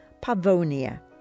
pavonia